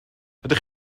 ydych